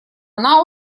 она